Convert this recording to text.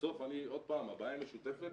בסוף עוד פעם, הבעיה היא משותפת.